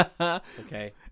Okay